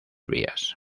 vías